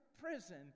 prison